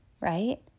right